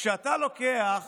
כשאתה לוקח